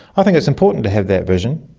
i think it's important to have that vision.